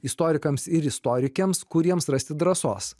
istorikams ir istorikėms kur jiems rasti drąsos